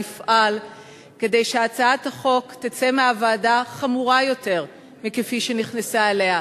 יפעל כדי שהצעת החוק תצא מהוועדה חמורה יותר מכפי שנכנסה אליה.